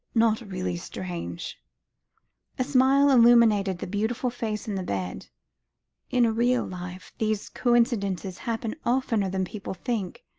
not really strange a smile illuminated the beautiful face in the bed in real life these coincidences happen oftener than people think,